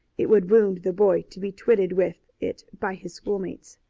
it would wound the boy to be twitted with it by his schoolmates.